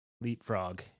leapfrog